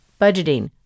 budgeting